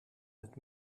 met